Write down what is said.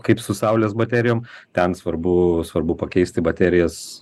kaip su saulės baterijom ten svarbu svarbu pakeisti baterijas